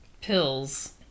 pills